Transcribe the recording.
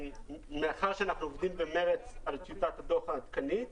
מאחר שאנחנו עובדים במרץ על טיוטת הדוח העדכנית,